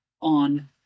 on